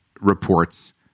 reports